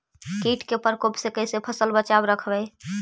कीट के परकोप से कैसे फसल बचाब रखबय?